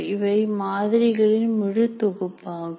இவை மாதிரிகளின் முழு தொகுப்பாகும்